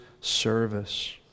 service